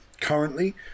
currently